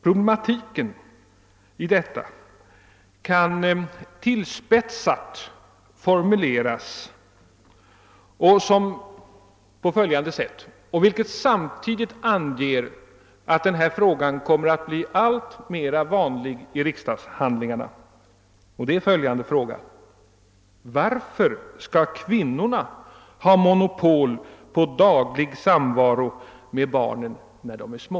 Problematiken kan i frågeform tillspetsat formuleras på följande sätt — en fråga som kommer att bli allt vanligare i riksdagshandlingarna: Varför skall kvinnorna ha monopol på daglig samvaro med barnen när dessa är små?